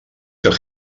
que